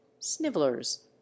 snivellers